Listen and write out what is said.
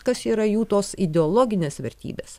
kas yra jų tos ideologinės vertybės